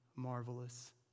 marvelous